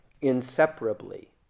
inseparably